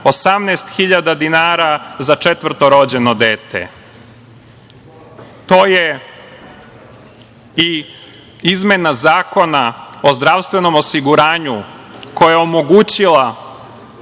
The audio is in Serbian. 18.000 dinara za četvrtorođeno dete. Tu je i izmena Zakona o zdravstvenom osiguranju koja je omogućila